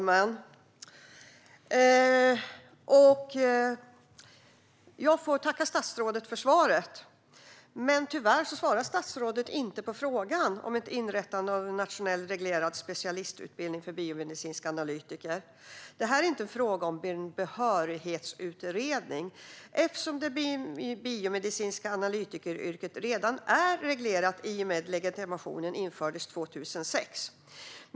Herr talman! Jag får tacka statsrådet för svaret, men tyvärr svarar statsrådet inte på frågan om inrättande av en nationellt reglerad specialistutbildning för biomedicinska analytiker. Det är inte fråga om en behörighetsutredning, eftersom yrket biomedicinsk analytiker redan är reglerat i och med den legitimation som infördes 2006.